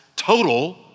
Total